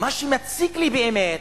שמציק לי באמת,